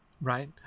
right